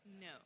No